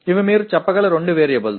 நீங்கள் சொல்லக்கூடிய இரண்டு மாறிகள் இவை